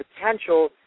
potential